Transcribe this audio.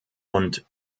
und